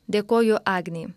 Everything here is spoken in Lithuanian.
dėkoju agnei